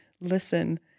listen